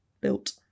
built